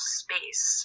space